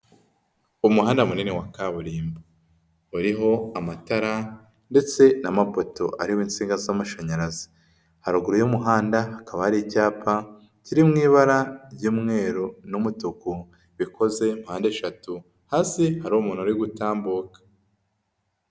Umuhanda munini wa kaburimbo, uriho amatara ndetse n'amapoto ari ho insinga z'amashanyarazi, haruguru y'umuhanda hakaba hari icyapa, kiri mu ibara ry'umweru n'umutuku, bikoze mpande eshatu, hasi hari umuntu uri gutambuka.